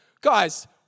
Guys